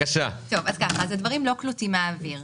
הדברים לא קלוטים מהאוויר.